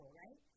right